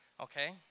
Okay